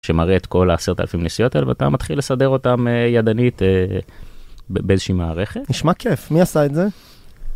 שמראה את כל העשרת אלפים נסיעות האלו ואתה מתחיל לסדר אותם ידנית באיזושהי מערכת. נשמע כיף, מי עשה את זה?